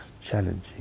challenging